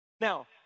Now